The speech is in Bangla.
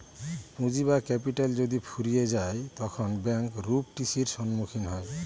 পুঁজি বা ক্যাপিটাল যদি ফুরিয়ে যায় তখন ব্যাঙ্ক রূপ টি.সির সম্মুখীন হয়